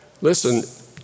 Listen